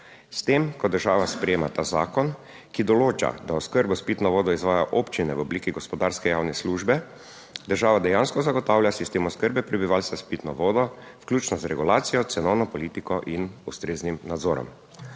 s tem, ko država sprejema ta zakon, ki določa, da oskrbo s pitno vodo izvajajo občine v obliki gospodarske javne službe, država dejansko zagotavlja sistem oskrbe prebivalstva s pitno vodo, vključno z regulacijo, cenovno politiko in ustreznim nadzorom.